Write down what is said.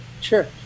Sure